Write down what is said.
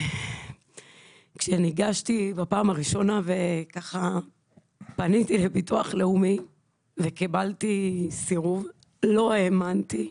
כשניגשתי בפעם ראשונה ופניתי לביטוח לאומי וקיבלתי סירוב לא האמנתי,